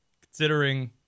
considering